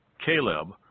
Caleb